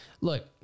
Look